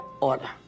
order